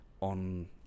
on